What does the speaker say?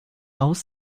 aus